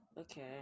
Okay